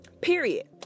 Period